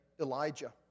Elijah